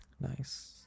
Nice